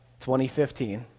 2015